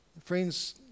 friends